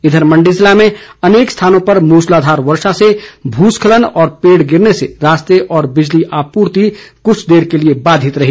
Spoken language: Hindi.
इधर मण्डी जिले में अनेक स्थानों पर मूसलाधार वर्षा से भूस्खलन और पेड़ गिरने से रास्ते व बिजली आपूर्ति कृछ देर के लिए बाधित रही